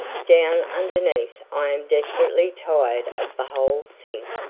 down underneath i am desperately tired of the whole thing,